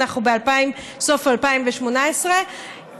אנחנו בסוף 2018,